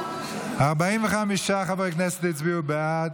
45 חברי כנסת הצביעו בעד,